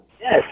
Yes